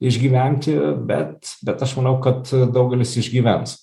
išgyventi bet bet aš manau kad daugelis išgyvens